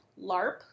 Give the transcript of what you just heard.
larp